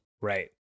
Right